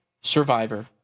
Survivor